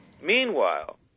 Meanwhile